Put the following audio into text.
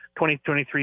2023